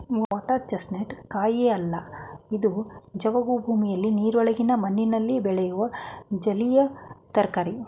water chestnut ಕಾಯಿಯೇ ಅಲ್ಲ ಇದು ಜವುಗು ಭೂಮಿಲಿ ನೀರಿನೊಳಗಿನ ಮಣ್ಣಲ್ಲಿ ಬೆಳೆಯೋ ಜಲೀಯ ತರಕಾರಿ